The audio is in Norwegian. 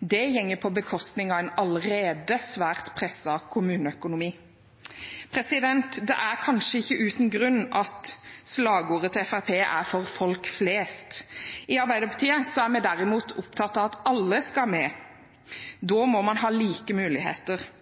Det går på bekostning av en allerede svært presset kommuneøkonomi. Det er kanskje ikke uten grunn at slagordet til Fremskrittspartiet er «for folk flest». I Arbeiderpartiet er vi derimot opptatt av at «alle skal med». Da må man ha like muligheter.